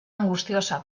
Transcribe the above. angustiosa